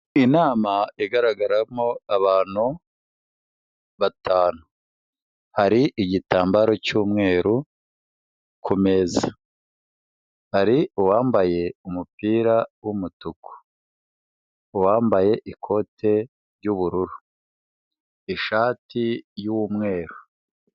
Inama igaragaramo abantu batanu, hari igitambaro cy'umweru kumeza, hari uwambaye umupira w'umutuku, uwambaye ikote ry'ubururu, ishati y'umweru.